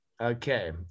Okay